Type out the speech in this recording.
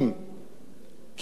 כהרגלנו, מפריזים.